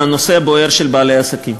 לנושא הבוער של בעלי העסקים.